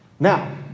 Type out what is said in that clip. Now